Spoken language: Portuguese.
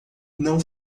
não